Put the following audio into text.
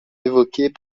évoqués